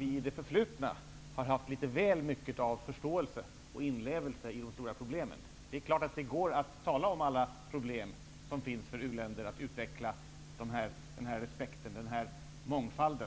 I det förflutna har vi enligt min mening haft litet väl mycket av förståelse och inlevelse i de stora problemen. Det är klart att det går att tala om alla problem som finns för u-länder att utveckla denna respekt och mångfald.